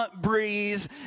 breeze